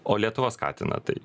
o lietuva skatina tai